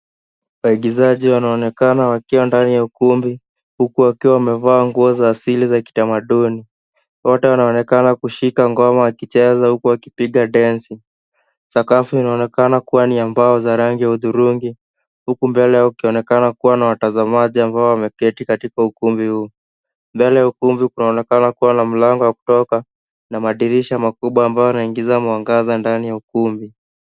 Waigizaji wanaonekana wakiwa ndani ya ukumbi, huku wakiwa wamevaa nguo za asili za kitamaduni. Wote wanaonekana kushika ngoma wakicheza huku wakipiga densi. Sakafu inaonekana kuwa ni mbao za rangi ya hudhurungi, huku mbele yake ukionekana kuwa na watazamaji ambao wameketi katika ukumbi huu. Mbele ya ukumbi kunaonekana kuwa na mlango wa kutoka, na madirisha makubwa ambayo yanaingiza mwangaza ndani ya ukumbi.